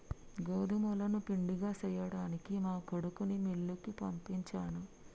గోదుములను పిండిగా సేయ్యడానికి మా కొడుకుని మిల్లుకి పంపించాను